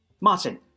Martin